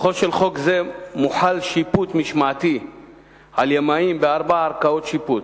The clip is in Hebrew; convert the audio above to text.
מכוחו של חוק זה מוחל שיפוט משמעתי על ימאים בארבע ערכאות שיפוט: